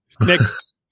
Next